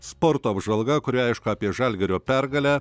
sporto apžvalga kurioje aišku apie žalgirio pergalę